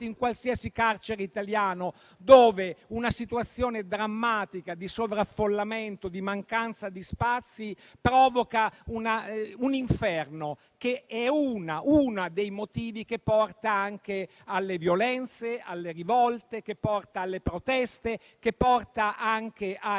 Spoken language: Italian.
in qualsiasi carcere italiano dove una situazione drammatica di sovraffollamento e di mancanza di spazi provoca un inferno, che è uno dei motivi che porta alle violenze, alle rivolte, alle proteste e porta anche ai